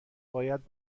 باید